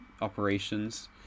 operations